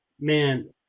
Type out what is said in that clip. man